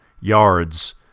yards